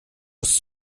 muss